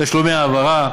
תשלומי העברה,